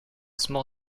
small